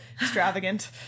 extravagant